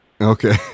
okay